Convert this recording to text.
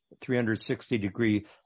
360-degree